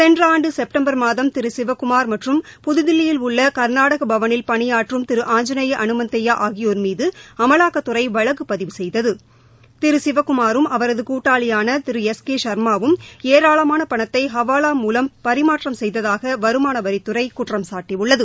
சென்ற ஆண்டு செப்டம்பர் மாதம் திரு சிவகுமார் மற்றம் புதுதில்லியில் உள்ள கர்நாடக பவனில் பணியாற்றும் திரு ஆஞ்சநேய அனுமந்தய்யா ஆகியோர் மீது அமலாக்கத்துறை வழக்குப் பதிவு செய்தது திரு சிவகுமாரும் அவரது கூட்டாளியான திரு எஸ் கே ஷர்மாவும் ஏராளமான பணத்தை ஹவாலா மூலம் பரிமாற்றம் செய்ததாக வருமான வரித்துறை குற்றம் சாட்டியுள்ளது